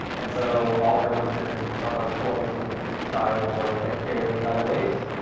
and so all their workers or the toys will starve or get carried away by the waves,